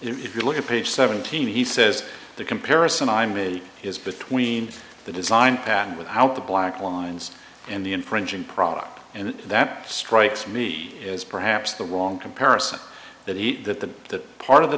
if you look at page seventeen he says the comparison i made is between the design pattern with how the black lines in the infringing product and that strikes me is perhaps the wrong comparison the eat the part of the